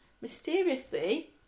mysteriously